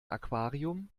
aquarium